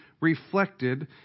reflected